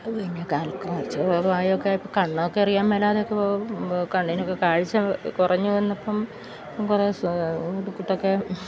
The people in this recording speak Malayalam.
അത് കഴിഞ്ഞാൽ ചെറിയ പ്രായമൊക്കെ അപ്പോൾ കണ്ണൊക്കെ അറിയാൻ മേലാതൊക്കെ പോകും കണ്ണിനൊക്കെ കാഴ്ച്ച കുറഞ്ഞ് വന്നപ്പം കുറേശ്ശെ ഇടയ്ക്കിടയ്ക്കൊക്കെ